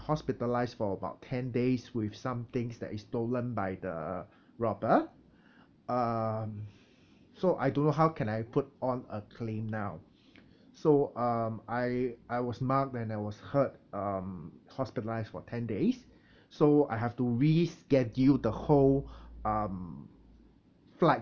hospitalised for about ten days with some things that is stolen by the robber um so I don't know how can I put on a claim now so um I I was mugged then I was hurt um hospitalised for ten days so I have to reschedule the whole um flight